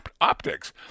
optics